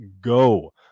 go